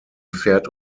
pferd